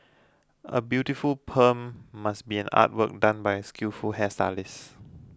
a beautiful perm must be an artwork done by a skillful hairstylist